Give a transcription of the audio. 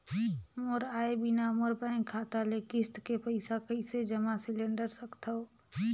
मोर आय बिना मोर बैंक खाता ले किस्त के पईसा कइसे जमा सिलेंडर सकथव?